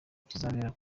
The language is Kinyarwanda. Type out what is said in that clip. kizabera